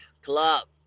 Club